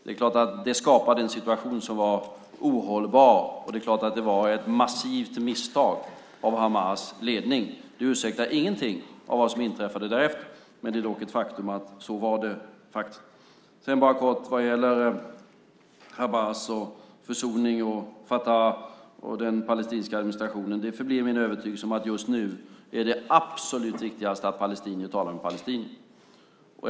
Det är klart att det skapade en situation som var ohållbar, och det är klart att det var ett massivt misstag av Hamas ledning. Det ursäktar ingenting av vad som inträffade därefter, men det är ett faktum att så var det. Kort om Hamas, försoning, Fatah och den palestinska administrationen: Det förblir min övertygelse att det som just nu är absolut viktigast är att palestinier talar med palestinier.